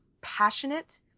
passionate